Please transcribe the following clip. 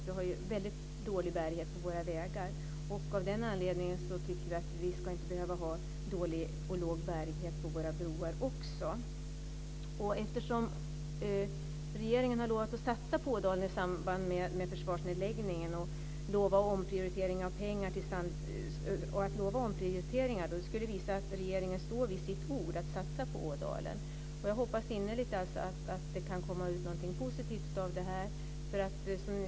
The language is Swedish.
Det är väldigt dålig bärighet på våra vägar. Av den anledningen tycker vi att vi inte ska behöva ha låg bärighet på våra broar också. Regeringen har lovat att satsa på Ådalen i samband med försvarsnedläggningen, och att nu lova omprioriteringar skulle visa att regeringen står vid sitt ord att satsa på Ådalen. Jag hoppas innerligt att det kan komma ut någonting positivt av det här.